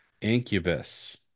incubus